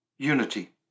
Unity